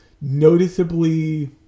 Noticeably